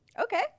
Okay